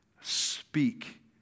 speak